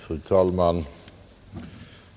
Fru talman!